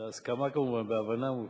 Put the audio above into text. בהסכמה, כמובן, בהבנה,